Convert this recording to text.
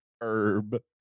Herb